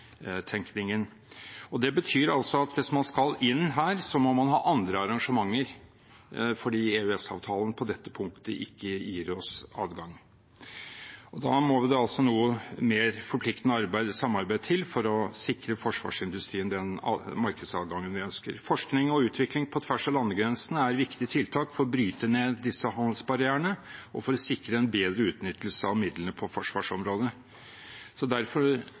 Det betyr at hvis man skal inn her, må man ha andre arrangementer fordi EØS-avtalen på dette punktet ikke gir oss adgang. Da må det mer forpliktende samarbeid til for å sikre forsvarsindustrien den markedsadgangen vi ønsker. Forskning og utvikling på tvers av landegrensene er et viktig tiltak for å bryte ned disse handelsbarrierene og for å sikre en bedre utnyttelse av midlene på forsvarsområdet. Så